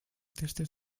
tastes